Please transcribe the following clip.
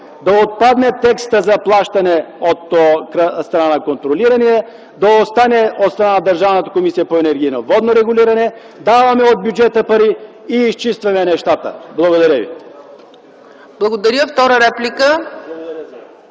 да отпадне текста за плащане от страна на контролирания, да остане от страна на Държавната комисия по енергийно и водно регулиране, даваме от бюджета пари и изчистваме нещата. Благодаря ви. ПРЕДСЕДАТЕЛ ЦЕЦКА